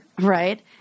Right